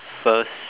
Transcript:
first